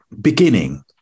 beginning